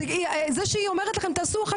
היא אומרת לכם תעשו 1,